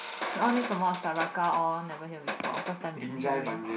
then all these 什么 Saraka all never hear before first time I'm hearing